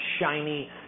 shiny